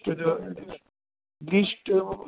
list list